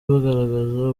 bagaragaza